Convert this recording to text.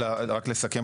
רק לסכם.